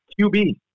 QB